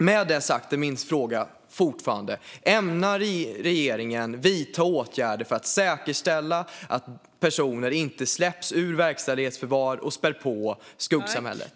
Med det sagt är min fråga fortfarande: Ämnar regeringen vidta åtgärder för att säkerställa att personer inte släpps ur verkställighetsförvar och spär på skuggsamhället?